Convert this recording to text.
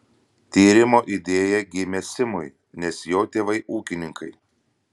tyrimo idėja gimė simui nes jo tėvai ūkininkai